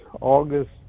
august